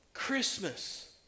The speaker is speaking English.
Christmas